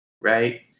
right